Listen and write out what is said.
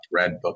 Redbook